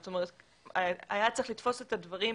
זאת אומרת היה צריך לתפוס את הדברים,